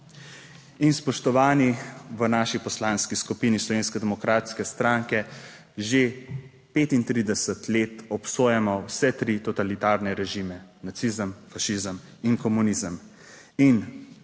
In spoštovani, v naši Poslanski skupini Slovenske demokratske stranke že 35 let obsojamo vse tri totalitarne režime: nacizem, fašizem in komunizem.